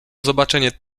zobaczenie